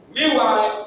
Meanwhile